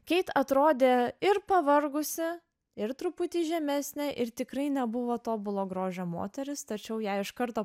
keit atrodė ir pavargusi ir truputį žemesnė ir tikrai nebuvo tobulo grožio moteris tačiau ją iš karto